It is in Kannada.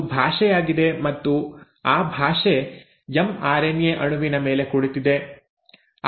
ಅದು ಭಾಷೆಯಾಗಿದೆ ಮತ್ತು ಆ ಭಾಷೆ ಎಮ್ಆರ್ಎನ್ಎ ಅಣುವಿನ ಮೇಲೆ ಕುಳಿತಿದೆ